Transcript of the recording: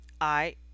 I